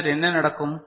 பின்னர் என்ன நடக்கும்